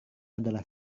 adalah